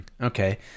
okay